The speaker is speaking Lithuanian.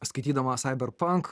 skaitydamas aiber pank